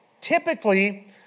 Typically